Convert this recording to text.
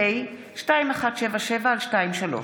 פ/2177/23.